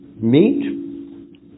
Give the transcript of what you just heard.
meet